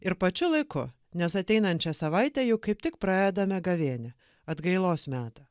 ir pačiu laiku nes ateinančią savaitę jau kaip tik pradedame gavėnią atgailos metą